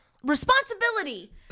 responsibility